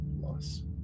loss